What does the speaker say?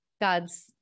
God's